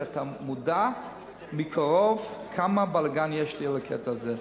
כי אתה מודע מקרוב כמה בלגן יש לי עם הקטע הזה.